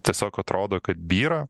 tiesiog atrodo kad byra